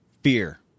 Fear